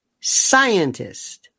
scientist